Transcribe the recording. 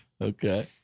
Okay